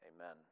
Amen